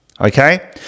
Okay